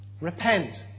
repent